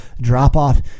drop-off